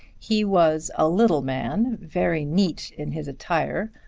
he was a little man, very neat in his attire,